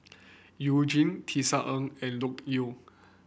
You Jin Tisa Ng and Loke Yew